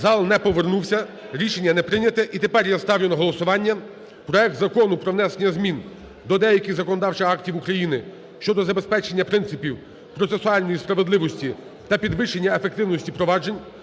Зал не повернувся. Рішення не прийнято. І тепер я ставлю на голосування проект Закону про внесення змін до деяких законодавчих актів України щодо забезпечення принципів процесуальної справедливості та підвищення ефективності впроваджень